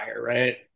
right